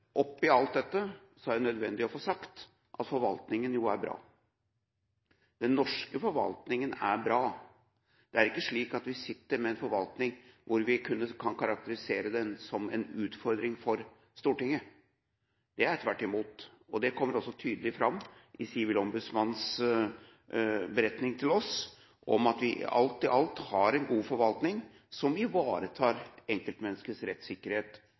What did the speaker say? i alt dette er det nødvendig å få sagt at forvaltningen jo er bra. Den norske forvaltningen er bra. Det er ikke slik at vi sitter med en forvaltning som vi kan karakterisere som en utfordring for Stortinget, det er tvert imot. Det kommer også tydelig fram i Sivilombudsmannens beretning til oss at vi alt i alt har en god forvaltning som ivaretar enkeltmenneskets rettssikkerhet